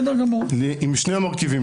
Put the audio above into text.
עם שני המרכיבים.